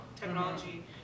technology